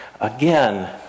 again